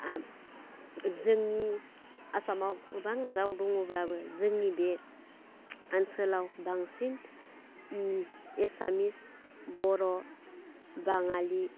आद जोंनि आसामाव गोबां राव दङब्लाबो जोंनि बे ओनसोलाव बांसिन एसामिस बर' बाङालि